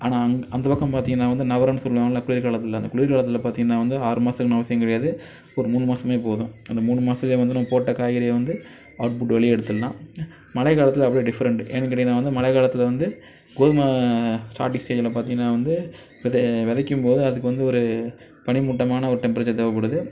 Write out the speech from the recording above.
ஆனால் அந்த பக்கம் பார்த்திங்கன்னா வந்து நவரன்னு சொல்லுவாங்கள்ல குளிர்காலத்தில் அந்த குளிர்காலத்தில் பார்த்திங்கன்னா வந்து ஆறு மாதம்னு அவசியம் கிடையாது ஒரு மூணு மாதமே போதும் அந்த மூணு மாதத்த வந்து நம்ம போட்ட காய்கறியை வந்து அவுட்புட் வெளியே எடுத்துடலாம் மழைக்காலத்தில் அப்படியே டிஃபரண்ட் ஏன்னு கேட்டிங்கன்னா வந்து மழைக்காலத்தில் வந்து கோதுமை ஸ்டார்டிங் ஸ்டேஜ்ஜில் பார்த்திங்கன்னா வந்து விதை விதைக்கும்போது அதுக்கு வந்து ஒரு பனிமூட்டமான ஒரு டெம்ப்பரேச்சர் தேவைப்படுது